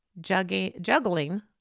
Juggling